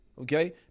Okay